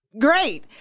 great